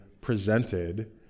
presented